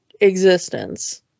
existence